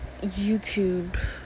youtube